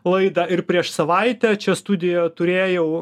laidą ir prieš savaitę čia studijoje turėjau